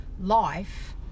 life